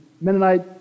Mennonite